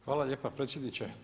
Hvala lijepa predsjedniče.